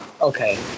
okay